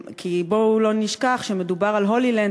כי בואו לא נשכח שמדובר על "הולילנד".